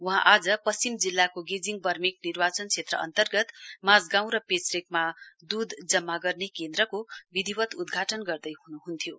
वहाँ आज पश्चिम जिल्लाको गेजिङ वर्मेक निर्वाचन क्षेत्र अन्तर्गत माजहगाँउ र पेचरेकमा दूध जम्मा गर्ने केन्द्रको विधिव्त उद्घटन गर्दैहुनु हुन्थ्यो